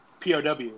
POW